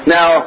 Now